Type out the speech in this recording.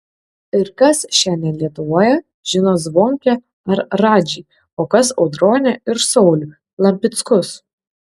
ir kas šiandien lietuvoje žino zvonkę ar radžį o kas audronę ir saulių lampickus